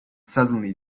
suddenly